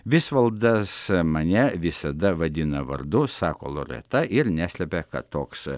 visvaldas mane visada vadina vardu sako loreta ir neslepia kad toks